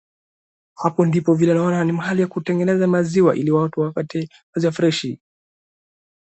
Hapo ndipo vile naona ni pahali ya kutengeneza maziwa ili watu wapate maziwa freshi.